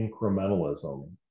incrementalism